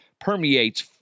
permeates